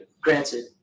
granted